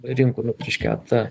rinkome prieš keletą